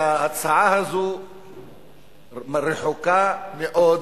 וההצעה הזו רחוקה מאוד